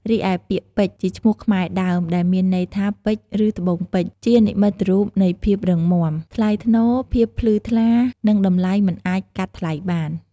រីឯឈ្មោះពេជ្រ ជាឈ្មោះខ្មែរដើម ដែលមានន័យថា ពេជ្រ ឬ ត្បូងពេជ្រ ជានិមិត្តរូបនៃភាពរឹងមាំ ថ្លៃថ្នូរ ភាពភ្លឺថ្លា និងតម្លៃមិនអាចកាត់ថ្លៃបាន។